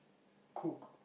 cook